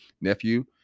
Nephew